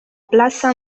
plaça